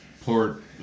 port